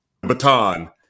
baton